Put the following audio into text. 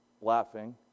laughing